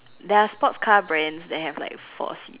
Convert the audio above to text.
there are sports car Brands that have like four seats